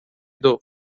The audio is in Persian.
دوم